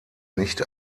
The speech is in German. nicht